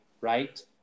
right